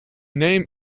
name